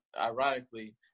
ironically